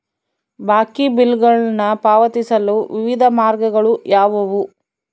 ಬಾಕಿ ಬಿಲ್ಗಳನ್ನು ಪಾವತಿಸಲು ವಿವಿಧ ಮಾರ್ಗಗಳು ಯಾವುವು?